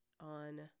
on